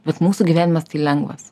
bet mūsų gyvenimas tai lengvas